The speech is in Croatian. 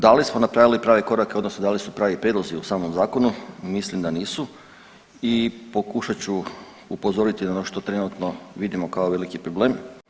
Da li smo napravili prave korake, odnosno da li su pravi prijedlozi u samom zakonu mislim da nisu i pokušat ću upozoriti na ono što trenutno vidimo kao veliki problem.